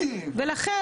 ולכן,